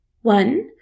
One